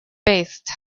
best